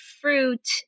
fruit